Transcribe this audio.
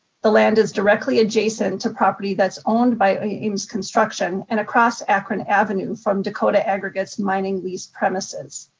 the land is directly adjacent to property that's owned by ames construction and across akron avenue from dakota aggregates mining lease premises.